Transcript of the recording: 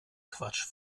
quatsch